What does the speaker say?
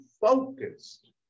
focused